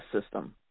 system